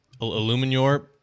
Illuminor